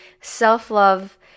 self-love